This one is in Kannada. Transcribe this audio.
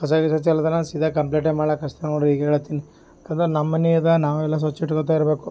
ಕಸ ಗಿಸ ಚೆಲ್ದನ ಸೀದ ಕಂಪ್ಲೇಟೆ ಮಾಡೋಕ್ ಹಚ್ತೇನೆ ನೋಡ್ರಿ ಇಗ ಹೇಳತಿನಿ ಯಾಕಂದ್ರೆ ನಮ್ಮ ಮನಿಯದ ನಾವೆಯೆಲ್ಲ ಸ್ವಚ್ಚ ಇಟ್ಕೊಳ್ತ ಇರಬೇಕು